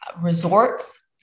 resorts